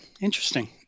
Interesting